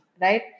Right